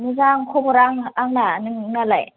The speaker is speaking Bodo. मोजां खबरा आंना नोंनालाय